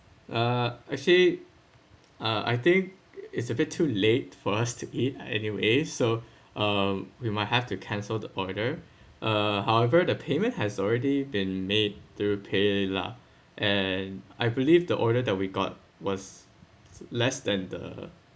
uh actually uh I think it's a bit too late for us to eat anyway so um we might have to cancel the order uh however the payment has already been made through paylah and I believe the order that we got was less than the